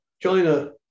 China